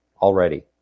already